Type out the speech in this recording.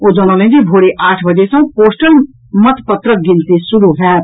ओ जनौलनि जे भोरे आठ बजे सँ पोस्टल मत पत्रक गिनती शुरू होयत